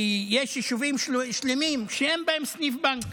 כי יש יישובים שלמים שאין בהם סניף בנק.